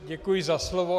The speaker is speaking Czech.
Děkuji za slovo.